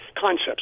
Concepts